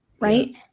right